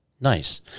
nice